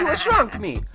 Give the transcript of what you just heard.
ah shrunk me.